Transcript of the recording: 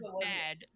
bad